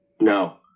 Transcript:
No